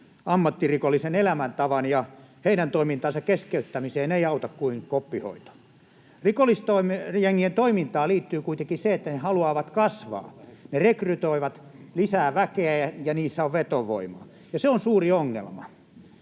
ammattirikollisen elämäntavan, ja heidän toimintansa keskeyttämiseen ei auta kuin koppihoito. Rikollisjengien toimintaan liittyy kuitenkin se, että ne haluavat kasvaa. Ne rekrytoivat lisää väkeä, ja niissä on vetovoimaa — ja se on suuri ongelma.